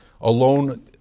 alone